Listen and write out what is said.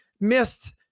missed